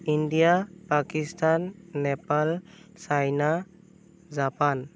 India Pakistan Nepal China Japan